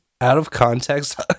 out-of-context